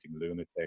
lunatic